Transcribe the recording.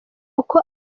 uko